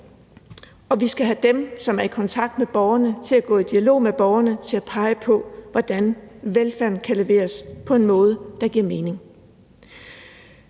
Og vi skal have dem, som er i kontakt med borgerne, til at gå i dialog med borgerne og pege på, hvordan velfærden kan leveres på en måde, der giver mening.